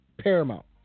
paramount